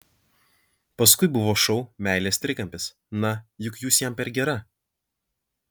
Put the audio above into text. paskui buvo šou meilės trikampis na juk jūs jam per gera